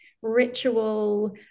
ritual